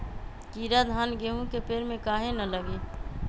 कीरा धान, गेहूं के पेड़ में काहे न लगे?